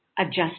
Adjust